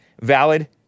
valid